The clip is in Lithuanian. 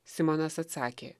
simonas atsakė